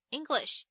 English